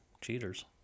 Cheaters